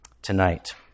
tonight